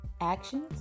actions